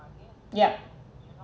yup